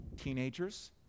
teenagers